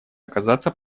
оказаться